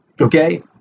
Okay